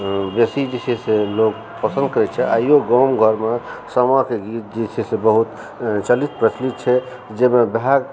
बेसी जे छै से लोग फसल कहै छै आइयो गाँव घरमे सामाके गीत जे छै से बहुत चलित प्रचलित छै जाहिमे भाय